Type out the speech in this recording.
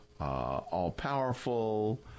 all-powerful